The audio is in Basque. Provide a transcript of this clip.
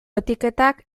etiketak